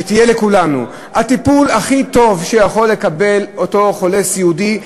שתהיה אצל כולנו: הטיפול הכי טוב שיכול לקבל אותו חולה סיעודי,